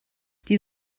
die